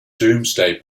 domesday